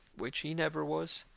which he never was.